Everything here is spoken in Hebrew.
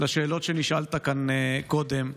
לשאלות שנשאלת כאן קודם,